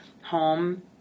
home